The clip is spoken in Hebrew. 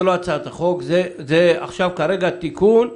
זה לא הצעת חוק, זה כרגע תיקון.